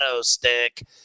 stick